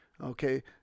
Okay